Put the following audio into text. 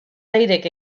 leirek